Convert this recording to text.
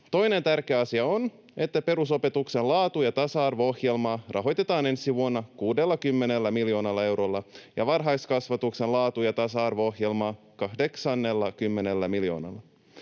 Toinen tärkeä asia on, että perusopetuksen laatu- ja tasa-arvo-ohjelmaa rahoitetaan ensi vuonna 60 miljoonalla eurolla ja varhaiskasvatuksen laatu- ja tasa-arvo-ohjelmaa 80 miljoonalla.